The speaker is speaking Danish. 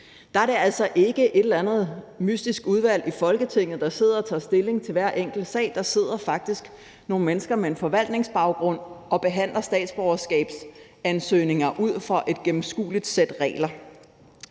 Der er det altså ikke et eller andet mystisk udvalg i Folketinget, der sidder og tager stilling til hver enkelt sag, for der sidder faktisk nogle mennesker med en forvaltningsbaggrund og behandler statsborgerskabsansøgninger ud fra et gennemskueligt sæt regler.